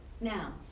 Now